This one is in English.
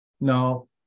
No